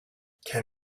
can